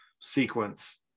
sequence